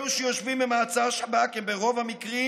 אלו שיושבים במעצר שב"כ הם ברוב המקרים